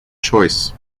choice